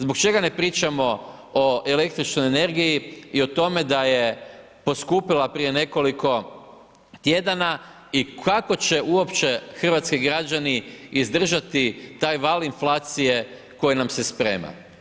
Zbog čega ne pričamo o električnoj energiji i o tome da je poskupila prije nekoliko tjedana i kako će uopće hrvatski građani izdržati taj val inflacije koji nam se sprema.